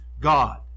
God